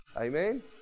Amen